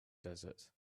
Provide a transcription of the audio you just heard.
desert